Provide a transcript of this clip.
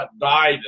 died